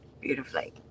beautifully